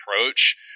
approach